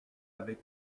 avec